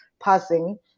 passing